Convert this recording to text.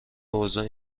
اوضاع